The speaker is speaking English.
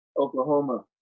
Oklahoma